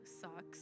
sucks